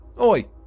Oi